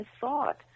thought